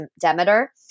Demeter